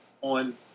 on